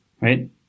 Right